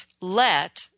let